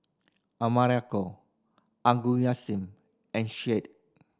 Americo Augustin and Shade